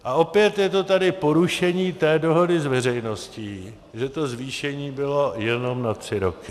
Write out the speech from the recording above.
A opět je tady to porušení té dohody s veřejností, že to zvýšení bylo jenom na tři roky.